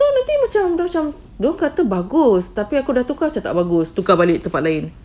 nanti macam macam dorang kata bagus tapi aku dah tukar macam tak bagus tukar balik tukar balik